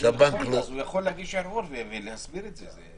אז הוא יכול להגיש ערעור ולהסביר את זה.